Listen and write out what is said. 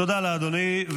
תודה לאדוני.